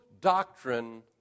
doctrine